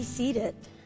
seated